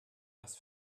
was